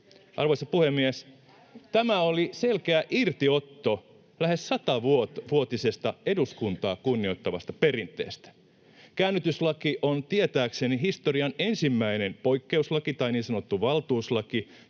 Arvoisa puhemies! Tämä oli selkeä irtiotto lähes satavuotisesta eduskuntaa kunnioittavasta perinteestä. Käännytyslaki on tietääkseni historian ensimmäinen poikkeuslaki tai niin sanottu valtuuslaki,